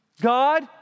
God